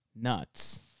nuts